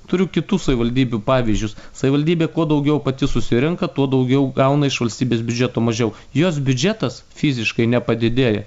turiu kitų savivaldybių pavyzdžius savivaldybė kuo daugiau pati susirenka tuo daugiau gauna iš valstybės biudžeto mažiau jos biudžetas fiziškai nepadidėja